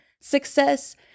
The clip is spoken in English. success